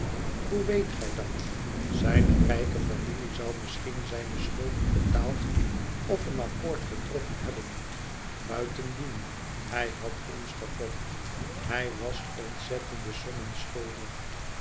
hoe weet gij dat zijne rijke familie zou misschien zijne schulden betaald of een accoord getroffen hebben buitendien hij had ons gefopt hij was ontzettende sommen schuldig